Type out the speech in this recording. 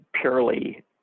purely